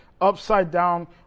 upside-down